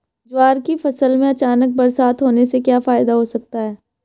ज्वार की फसल में अचानक बरसात होने से क्या फायदा हो सकता है?